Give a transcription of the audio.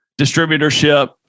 distributorship